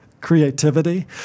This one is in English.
creativity